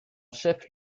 chef